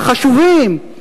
החשובים.